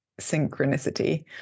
synchronicity